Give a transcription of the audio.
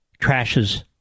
trashes